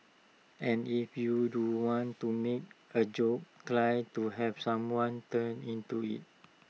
and if you do want to make A joke try to have someone turn into IT